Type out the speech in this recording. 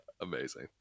amazing